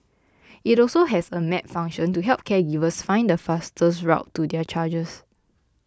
it also has a map function to help caregivers find the fastest route to their charges